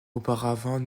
auparavant